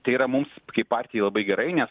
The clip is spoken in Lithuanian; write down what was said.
tai yra mums partijai labai gerai nes